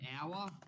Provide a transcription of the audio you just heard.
hour